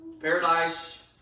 Paradise